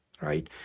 right